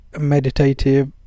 meditative